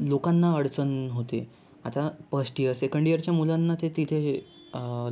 लोकांना अडचण होते आता फस्ट ईयर सेकंड ईयरच्या मुलांना ते तिथे हे